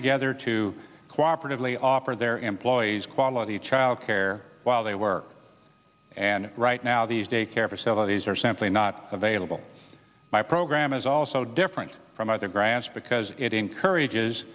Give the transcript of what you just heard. together to cooperatively offer their employees quality childcare while they work and right now these daycare facilities are simply not available my program is also different from other grass because it encourages